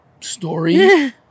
story